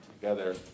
together